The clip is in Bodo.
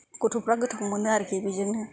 गथ'फ्रा गोथाव मोनो आरोखि बेजोंनो